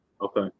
Okay